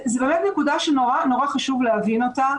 זה באמת נקודה שנורא נורא חשוב להבין אותה,